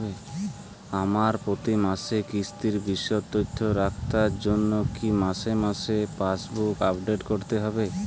আমার প্রতি মাসের কিস্তির বিশদ তথ্য রাখার জন্য কি মাসে মাসে পাসবুক আপডেট করতে হবে?